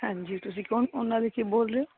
ਹਾਂਜੀ ਤੁਸੀਂ ਕੌਣ ਉਨ੍ਹਾਂ ਦੇ ਕੀ ਬੋਲ ਰਹੇ ਹੋ